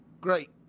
Great